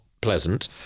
pleasant